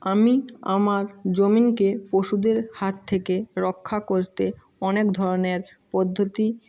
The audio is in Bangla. আমি আমার জমিনকে পশুদের হাত থেকে রক্ষা করতে অনেক ধরনের পদ্ধতি